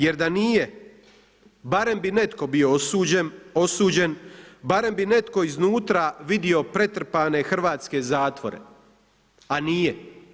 Jer da nije, barem bi netko bio osuđen, barem bi netko iznutra vidio pretrpane hrvatske zatvore, a nije.